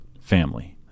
family